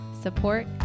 support